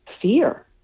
fear